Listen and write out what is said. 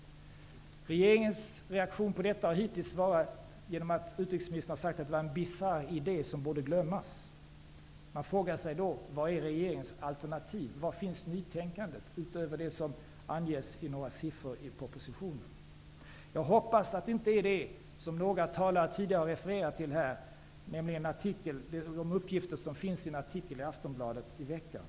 Regeringens reaktion på detta har hittills varit att utrikesministern har sagt att det är en bisarr idé som borde glömmas. Man frågar sig då vilket regeringens alternativ är. Var, utöver i några siffror som anges i propositionen, finns nytänkandet? Jag hoppas att nytänkandet inte består i det som några talare tidigare har refererat till, nämligen de uppgifter som finns i en artikel i Aftonbladet i veckan.